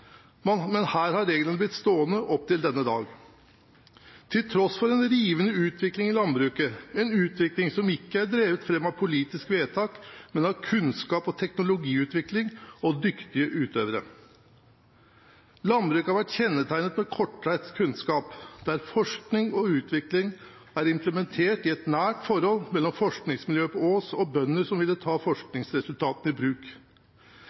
men her har reglene blitt stående opp til denne dag, til tross for en rivende utvikling i landbruket, en utvikling som ikke er drevet fram av politiske vedtak, men av kunnskap, teknologiutvikling og dyktige utøvere. Landbruket har vært kjennetegnet av kortreist kunnskap, der forskning og utvikling er implementert i et nært forhold mellom forskningsmiljøet på Ås og bønder som ville ta forskningsresultatene i bruk.